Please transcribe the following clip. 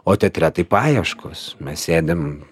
o teatre tai paieškos mes sėdim